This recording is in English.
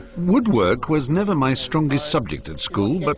woodwork was never my strongest subject at school, but